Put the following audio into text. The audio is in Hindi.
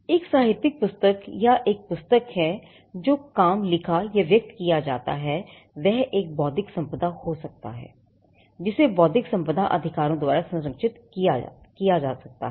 एक साहित्यिक पुस्तक या एक पुस्तक है या जो काम लिखा या व्यक्त किया जाता है वह एक बौद्धिक संपदा हो सकता है जिसे बौद्धिक संपदा अधिकारों द्वारा संरक्षित किया है